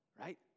right